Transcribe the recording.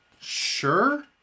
Sure